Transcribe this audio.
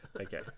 Okay